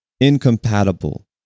incompatible